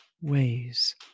ways